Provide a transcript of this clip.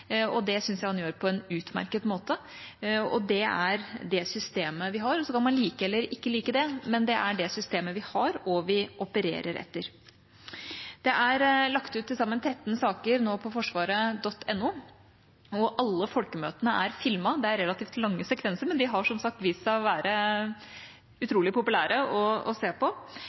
og det syns jeg han gjør på en utmerket måte. Det er det systemet vi har. Så kan man like det eller ikke like det, men det er det systemet vi har, og som vi opererer etter. Det er nå lagt ut til sammen 13 saker på forsvaret.no, og alle folkemøtene er filmet. Det er relativt lange sekvenser, men de har som sagt vist seg å være utrolig populære å se på.